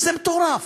זה מטורף.